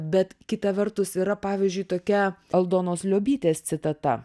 bet kita vertus yra pavyzdžiui tokia aldonos liobytės citata